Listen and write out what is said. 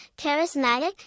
charismatic